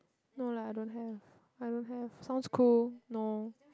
no lah I don't have I don't have sounds cool no